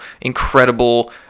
incredible